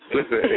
Listen